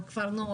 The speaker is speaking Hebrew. כפר הנוער,